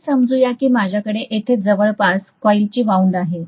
असे समजू की माझ्याकडे येथे जवळपास कॉइलची वाउंड आहे